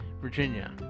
Virginia